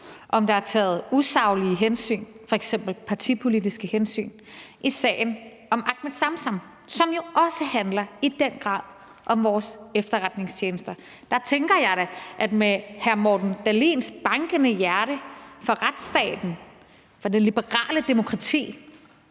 om der er taget usaglige hensyn, f.eks. partipolitiske hensyn, i sagen om Ahmed Samsam, som jo også i den grad handler om vores efterretningstjenester? Der tænker jeg da, at med hr. Morten Dahlins bankende hjerte for retsstaten og for det liberale demokrati